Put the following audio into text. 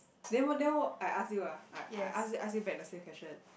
then what then what I ask you ah I I ask you back the same question